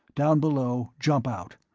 down below, jump out.